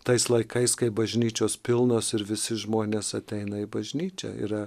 tais laikais kai bažnyčios pilnos ir visi žmonės ateina į bažnyčią yra